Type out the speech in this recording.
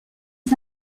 aux